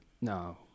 no